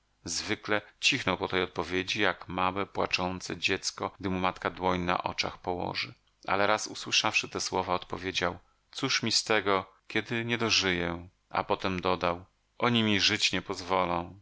zwykle cichnął po tej odpowiedzi jak małe płaczące dziecko gdy mu matka dłoń na oczach położy ale raz usłyszawszy te słowa odpowiedział cóż mi z tego kiedy nie dożyję a potem dodał oni mi żyć nie pozwolą